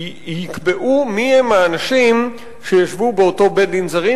יקבעו מי הם האנשים שישבו באותו בית-דין לזרים.